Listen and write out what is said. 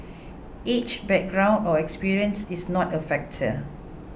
age background or experience is not a factor